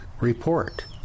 report